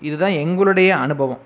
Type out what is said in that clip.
இது தான் எங்களுடைய அனுபவம்